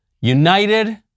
united